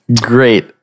Great